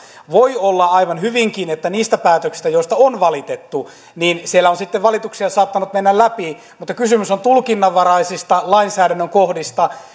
voi olla aivan hyvinkin että niistä päätöksistä joista on valitettu siellä on sitten valituksia saattanut mennä läpi mutta kysymys on tulkinnanvaraisista lainsäädännön kohdista